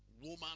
woman